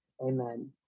Amen